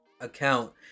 account